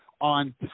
on